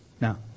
Now